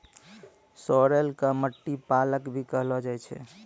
sorrel कॅ खट्टा पालक भी कहलो जाय छै